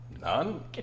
None